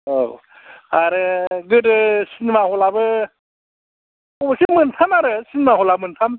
औ आरो गोदो सिनेमा हल आबो अबयस्से मोनथाम आरो सिनेमा हल आ मोनथाम